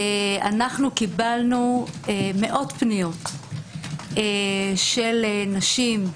קיבלנו מאודת פניות של נשים,